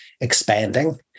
expanding